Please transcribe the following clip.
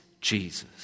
Jesus